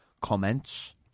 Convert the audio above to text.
comments